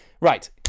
Right